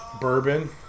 bourbon